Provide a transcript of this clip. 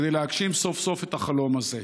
כדי להגשים סוף-סוף את החלום הזה,